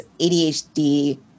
ADHD